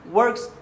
works